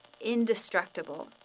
indestructible